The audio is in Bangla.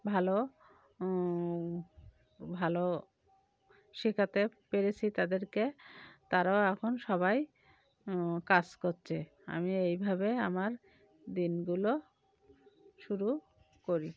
ভালো ভালো শেখাতে পেরেছি তাদেরকে তারাও এখন সবাই কাজ করছে আমি এইভাবে আমার দিনগুলো শুরু করি